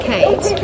Kate